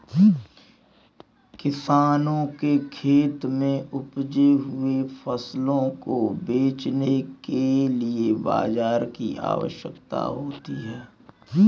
किसानों के खेत में उपजे हुए फसलों को बेचने के लिए बाजार की आवश्यकता होती है